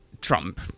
Trump